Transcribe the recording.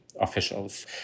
officials